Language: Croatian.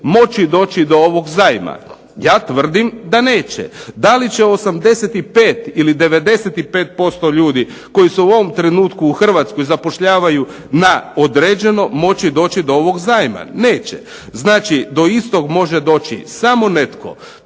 moći doći do ovog zajma, ja tvrdim da neće. Da li će 85 ili 95% ljudi koji su u ovom trenutku u Hrvatskoj zapošljavaju na određeno moći doći do ovog zajma, neće. Znači, do istog može doći netko